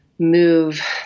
move